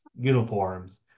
uniforms